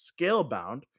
Scalebound